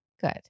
Good